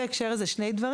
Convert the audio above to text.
בהקשר הזה אגיד שני דברים.